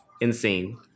insane